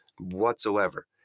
whatsoever